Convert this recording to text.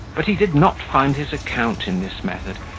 but he did not find his account in this method,